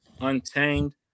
Untamed